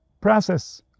process